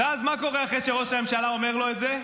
ומה קורה אז, אחרי שראש הממשלה אומר לו את זה?